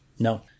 No